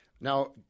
Now –